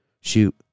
Shoot